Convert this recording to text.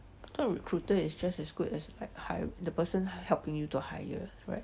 I thought recruiter is just as good as hir~ the person helping you to hire right